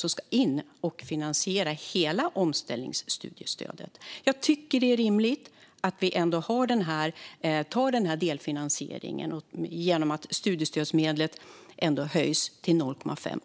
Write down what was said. som ska in och finansiera hela omställningsstudiestödet. Jag tycker ändå att det är rimligt att vi tar den här delfinansieringen genom att räntan på studiestödsmedlet höjs till 0,5.